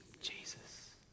Jesus